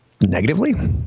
negatively